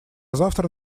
завтра